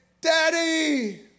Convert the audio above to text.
Daddy